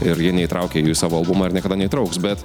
ir ji neįtraukia jų į savo albumą ar niekada neįtrauks bet